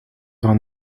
vingt